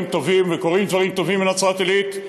טובים וקורים דברים טובים בנצרת-עילית.